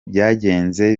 byagenze